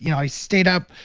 you know i stayed up.